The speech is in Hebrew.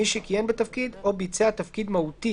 מי שכיהן בתפקיד או ביצע תפקיד מהותי